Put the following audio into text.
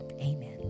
Amen